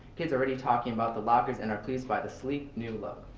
kids are already talking about the lockers and are pleased by the sleek, new look.